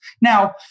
Now